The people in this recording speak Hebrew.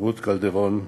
רות קלדרון,